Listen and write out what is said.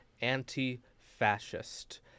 Anti-fascist